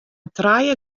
trije